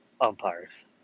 umpires